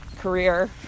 career